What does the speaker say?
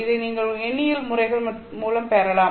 இதை நீங்கள் எண்ணியல் முறைகள் மூலம் பெறலாம்